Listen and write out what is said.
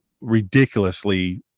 ridiculously